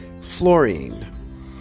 fluorine